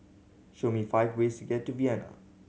show me five ways get to Vienna